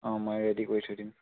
অ মই ৰেদি কৰি থৈ দিম